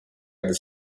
this